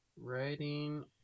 writing